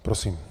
Prosím.